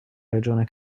regione